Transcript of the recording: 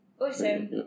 Awesome